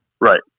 right